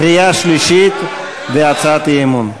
קריאה שלישית והצעת אי-אמון.